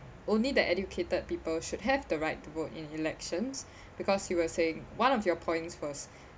only the educated people should have the right to vote in elections because you were saying one of your points was